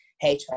Hey